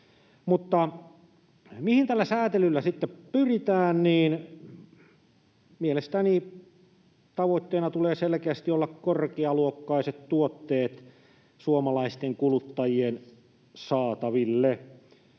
mihin tällä sääntelyllä sitten pyritään? Mielestäni tavoitteena tulee selkeästi olla korkealuokkaiset tuotteet suomalaisten kuluttajien saataville.